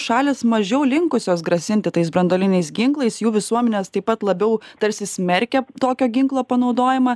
šalys mažiau linkusios grasinti tais branduoliniais ginklais jų visuomenės taip pat labiau tarsi smerkia tokio ginklo panaudojimą